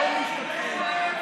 לא משתתפים.